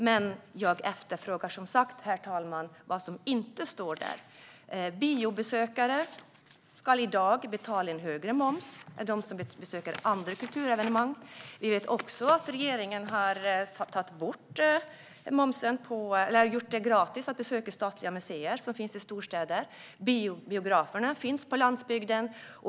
Men jag efterfrågar, som sagt, herr talman, vad som inte står där. Biobesökare ska i dag betala en högre moms än de som besöker andra kulturevenemang. Vi vet också att regeringen har gjort det gratis att besöka statliga museer, som finns i storstäder. Biograferna finns på landsbygden.